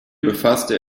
befasste